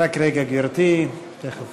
(חותמת על ההצהרה) חברי הכנסת, ברכות